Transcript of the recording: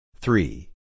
Three